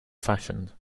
fashioned